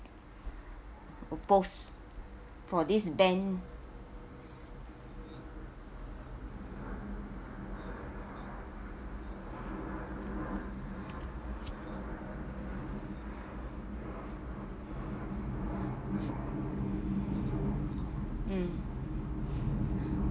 propose for this ban mm